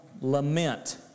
lament